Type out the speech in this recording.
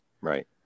right